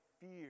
fear